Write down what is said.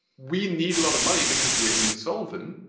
we need a lot of money because we're insolvent.